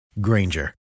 Granger